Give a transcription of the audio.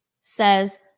says